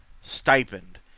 stipend